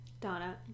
Donna